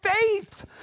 faith